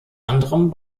anderem